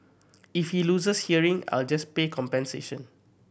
if he loses hearing I'll just pay compensation